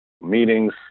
meetings